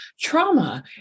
trauma